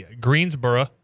Greensboro